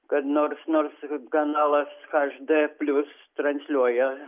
kad nors nors kanalas hd plius transliuoja